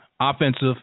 offensive